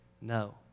no